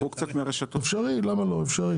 זה אפשרי.